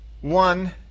one